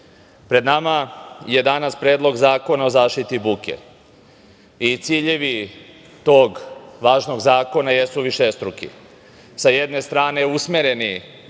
pred nama je danas Predlog Zakona o zaštiti buke i ciljevi tog važnog zakona jesu višestruki. Sa jedne strane usmereni